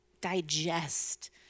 digest